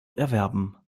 erwerben